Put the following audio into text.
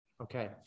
Okay